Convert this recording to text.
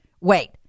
Wait